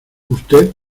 usted